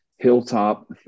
Hilltop